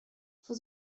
für